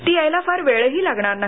ती यायला फार वेळही लागणार नाही